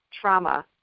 trauma